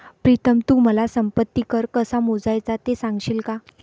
प्रीतम तू मला संपत्ती कर कसा मोजायचा ते सांगशील का?